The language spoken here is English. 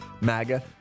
MAGA